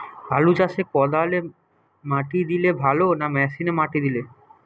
আলু চাষে কদালে মাটি দিলে ভালো না মেশিনে মাটি দিলে?